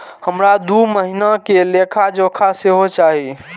हमरा दूय महीना के लेखा जोखा सेहो चाही